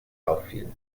auffiel